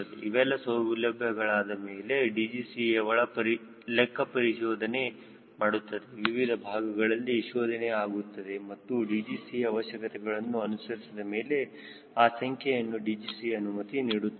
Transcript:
ಇವೆಲ್ಲ ಸೌಲಭ್ಯಗಳಾದ ಮೇಲೆ DGCA ಒಳ ಲೆಕ್ಕಪರಿಶೋಧನೆ ಮಾಡುತ್ತದೆ ವಿವಿಧ ಭಾಗಗಳಲ್ಲಿ ಶೋಧನೆ ಆಗುತ್ತದೆ ಮತ್ತು DGCA ಅವಶ್ಯಕತೆಗಳನ್ನು ಅನುಸರಿಸಿದ ಮೇಲೆ ಆ ಸಂಸ್ಥೆಯನ್ನು DGCA ಅನುಮತಿ ನೀಡುತ್ತದೆ